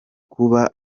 kuba